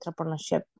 entrepreneurship